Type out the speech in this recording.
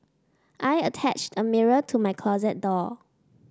I attached a mirror to my closet door